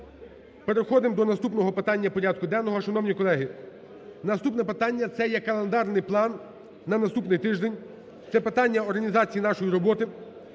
Переходимо до наступного питання порядку денного. Шановні колеги, наступне питання це є календарний план на наступний тиждень. Це питання організації нашої роботи.